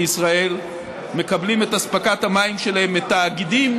בישראל מקבלים את אספקת המים שלהם מתאגידים,